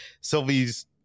sylvie's